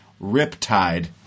riptide